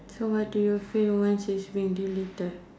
so what do you feel once it's been deleted